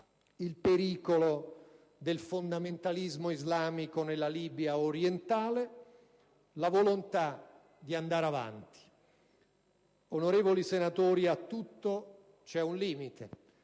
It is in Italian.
il pericolo del fondamentalismo islamico nella Libia orientale e la volontà di andare avanti. Onorevoli senatori, a tutto c'è un limite.